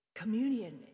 communion